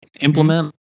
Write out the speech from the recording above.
implement